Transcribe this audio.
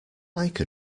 mike